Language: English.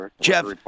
Jeff